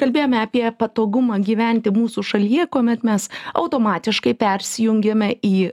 kalbėjome apie patogumą gyventi mūsų šalyje kuomet mes automatiškai persijungiame į